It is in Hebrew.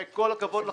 וכל הכבוד לכם,